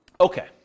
Okay